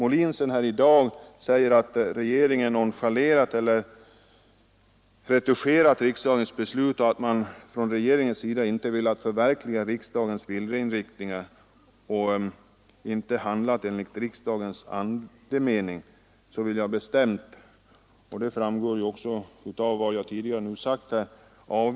När herr Molin i dag säger att regeringen har nonchalerat eller retuscherat riksdagens beslut samt att regeringen inte har velat förverkliga riksdagens viljeinriktningar och inte handlat enligt riksdagens andemening vill jag bestämt avvisa dessa påståenden. Det bör också framgå av vad jag tidigare sagt.